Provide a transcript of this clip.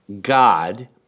God